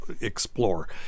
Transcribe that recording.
explore